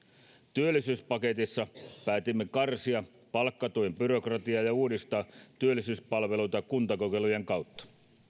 työllisyyspaketissa päätimme karsia palkkatuen byrokratiaa ja uudistaa työllisyyspalveluita kuntakokeilujen kautta